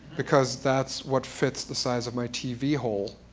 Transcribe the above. because that's what fits the size of my tv hole.